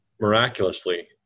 miraculously